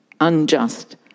unjust